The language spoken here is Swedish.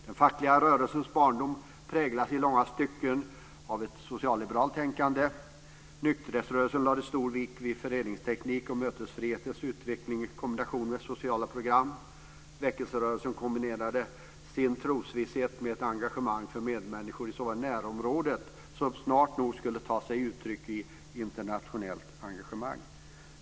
Den fackliga rörelsens barndom präglades i långa stycken av ett socialliberalt tänkande, nykterhetsrörelsen lade stor vikt vid föreningsteknik och mötesfrihetens utveckling i kombination med sociala program och väckelserörelsen kombinerade sin trosvisshet med ett engagemang för medmänniskor i närområdet, vilket snart nog skulle ta sig uttryck i internationellt engagemang.